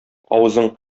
авызың